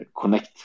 connect